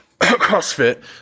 CrossFit